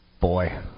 boy